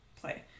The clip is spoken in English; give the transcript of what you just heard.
play